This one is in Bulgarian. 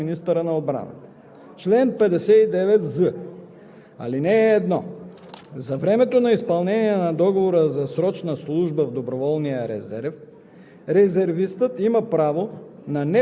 По време на изпълнение на срочната служба в доброволния резерв на резервиста се осигурява настаняване при условия и по ред, определени с акт на министъра на отбраната. Чл. 59з.